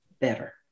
better